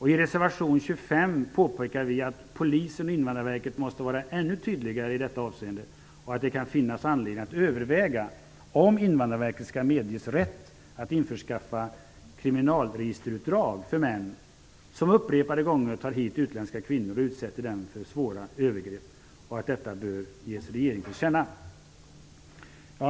I reservation 25 påpekar vi att Polisen och Invandrarverket måste vara ännu tydligare i detta avseende och att det kan finnas anledning att överväga om Invandrarverket skall medges rätt att införskaffa kriminalregisterutdrag för män som upprepade gånger tar hit utländska kvinnor och utsätter dem för svåra övergrepp samt att detta bör ges regeringen till känna.